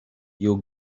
you